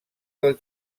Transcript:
del